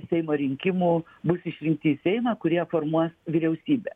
seimo rinkimų bus išrinkti į seimą kurie formuos vyriausybę